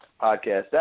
podcast